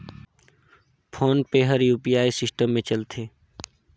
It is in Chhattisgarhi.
फोन पे हर यू.पी.आई सिस्टम मे चलथे